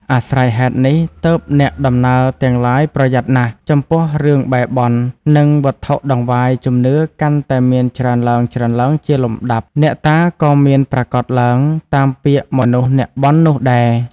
អាស្រ័យហេតុនេះ ទើបអ្នកដំណើរទាំងឡាយប្រយ័ត្នណាស់ ចំពោះរឿងបែរបន់ និងវត្ថុតង្វាយជំនឿកាន់តែមានច្រើនឡើងៗជាលំដាប់ អ្នកតាក៏មានប្រាកដឡើងតាមពាក្យមនុស្សអ្នកបន់នោះដែរ ។